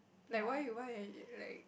like why you why you err like